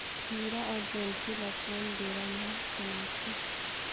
खीरा अउ जोंदरी ल कोन बेरा म कमाथे?